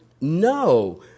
No